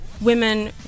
women